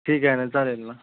ठीक आहे ना चालेल ना